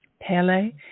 Pele